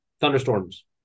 thunderstorms